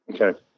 Okay